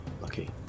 Lucky